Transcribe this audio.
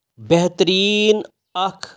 بہتریٖن اَکھ